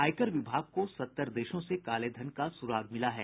आयकर विभाग को सत्तर देशों से कालेधन का सुराग मिला है